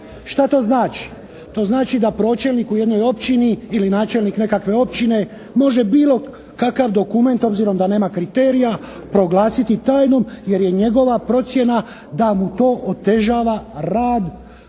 Što to znači? To znači da pročelnik u jednoj općini ili načelnik nekakve općine može bilo kakav dokument obzirom da nema kriterija proglasiti tajnom jer je njegova procjena da mu to otežava rad